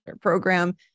program